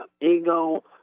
ego